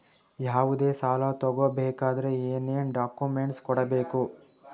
ಯಾವುದೇ ಸಾಲ ತಗೊ ಬೇಕಾದ್ರೆ ಏನೇನ್ ಡಾಕ್ಯೂಮೆಂಟ್ಸ್ ಕೊಡಬೇಕು?